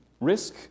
risk